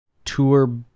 Tour